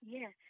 Yes